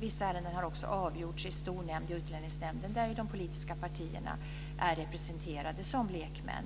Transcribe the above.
Vissa ärenden har också avgjorts i stor nämnd i Utlänningsnämnden, där de politiska partierna ju är representerade som lekmän.